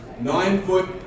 nine-foot